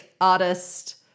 artist